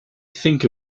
think